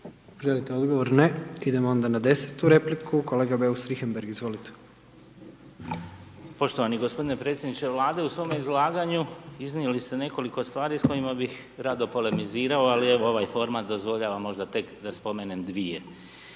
Želite odgovor? Ne. Idemo onda na 10-tu repliku, kolega Beus-Richembergh, izvolite. **Beus Richembergh, Goran (GLAS)** Poštovani g. predsjedniče Vlade, u svome izlaganju iznijeli ste nekoliko stvari s kojima bih rado polemizirao, ali evo ovaj format dozvoljava možda tek da spomenem dvije.